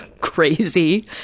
crazy